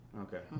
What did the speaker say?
Okay